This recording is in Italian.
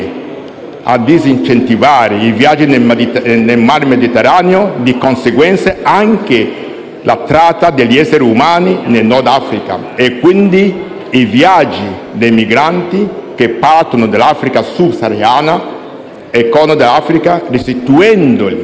a disincentivare i viaggi nel Mar Mediterraneo e, di conseguenza, anche la tratta degli esseri umani nel Nord Africa e quindi i viaggi dei migranti che partono dell'Africa subsahariana e dal Corno d'Africa, restituendo